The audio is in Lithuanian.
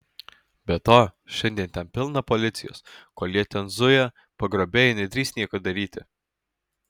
be to šiandien ten pilna policijos kol jie ten zuja pagrobėjai nedrįs nieko daryti